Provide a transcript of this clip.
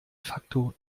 facto